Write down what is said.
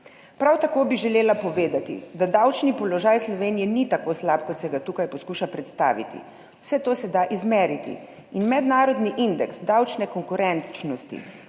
Prav tako bi želela povedati, da davčni položaj Slovenije ni tako slab, kot se ga tukaj poskuša predstaviti. Vse to se da izmeriti in mednarodni indeks davčne konkurenčnosti,